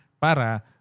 para